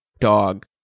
dog